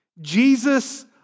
Jesus